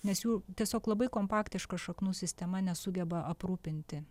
nes jų tiesiog labai kompaktiška šaknų sistema nesugeba aprūpinti